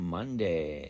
Monday